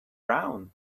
brown